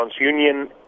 TransUnion